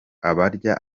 abarya